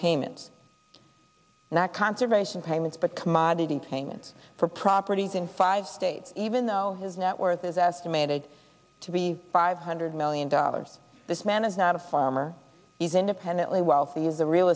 payments not conservation payments but commodity payments for properties in five states even though his net worth is estimated to be five hundred million dollars this man is not a farmer he's independently wealthy is a real